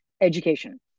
education